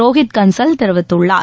ரோஹித் கன்சல் தெரிவித்துள்ளார்